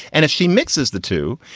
and if she mixes the two,